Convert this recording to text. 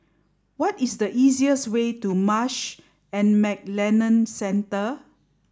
what is the easiest way to Marsh and McLennan Centre